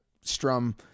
strum